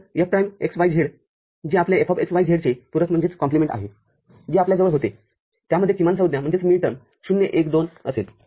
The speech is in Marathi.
तर F prime x y z जे आपल्या Fx y z चे पूरक आहे जे आपल्याजवळ होतेत्यामध्ये किमान संज्ञा०१२ असेल